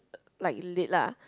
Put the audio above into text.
like lit lah